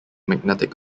magnetic